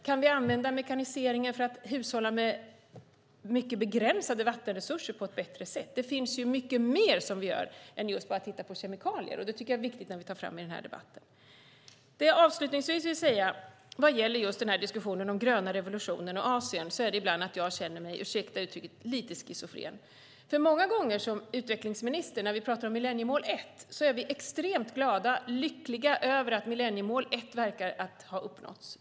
Kan vi använda mekaniseringen för att hushålla med mycket begränsade vattenresurser på ett bättre sätt? Det finns mycket mer som vi gör än att just titta på kemikalier. Det tycker jag är viktigt att vi tar fram i den här debatten. Det jag avslutningsvis vill säga vad gäller just diskussionen om den gröna revolutionen och Asien är att jag ibland känner mig, ursäkta uttrycket, lite schizofren. Många gånger är man som utvecklingsminister, när vi pratar om millenniemål 1, extremt glad och lycklig över att millenniemål 1 verkar ha uppnåtts.